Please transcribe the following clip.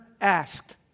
asked